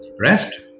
Rest